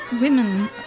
women